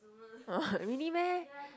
really meh